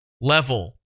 level